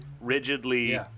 rigidly